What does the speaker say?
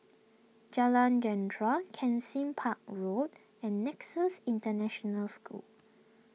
Jalan Jentera Kensing Park Road and Nexus International School